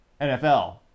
NFL